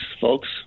folks